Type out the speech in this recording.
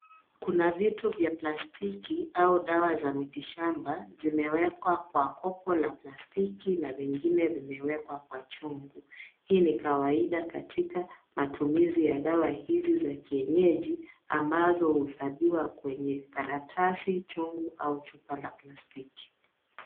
Kuna vitu vya plastiki au dawa za mitishamba zimewekwa kwa kopo la plastiki na vingine vimewekwa kwa chungu. Hii ni kawaida katika matumizi ya dawa hizi za kienyeji, ambazo huhifadhiwa kwenye karatasi, chungu au chupa ya plastiki.